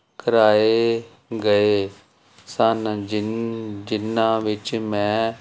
ਕਰਵਾਏ ਗਏ ਸਨ ਜਿਨ ਜਿਨ੍ਹਾਂ ਵਿੱਚ ਮੈਂ